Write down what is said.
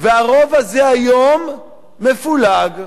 והרוב הזה היום מפולג,